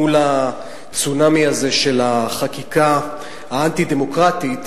מול הצונאמי הזה של החקיקה האנטי-הדמוקרטית.